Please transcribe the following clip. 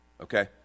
okay